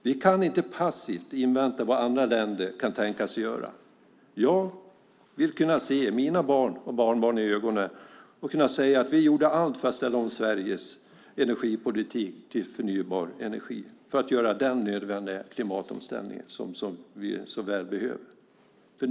Vi kan inte passivt invänta vad andra länder kan tänkas göra. Jag vill kunna se mina barn och barnbarn i ögonen och säga att vi gjorde allt för att ställa om Sveriges energipolitik, till förnybar energi, för att göra den nödvändiga klimatomställning som vi så väl behöver.